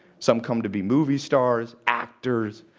some come to be movie stars, actors,